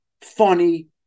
funny